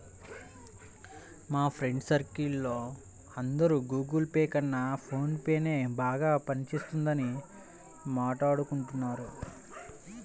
మా friends circle లో అందరూ గుగుల్ పే కన్నా ఫోన్ పేనే బాగా పని చేస్తున్నదని మాట్టాడుకుంటున్నారు